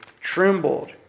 trembled